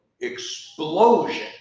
explosion